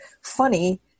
funny